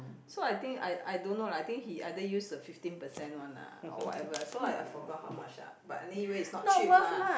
so I think I I don't know lah I think he either use the fifteen percent one lah or whatever so I I forgot how much lah anyway is not cheap lah